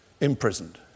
imprisoned